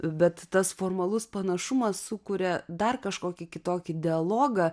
bet tas formalus panašumas sukuria dar kažkokį kitokį dialogą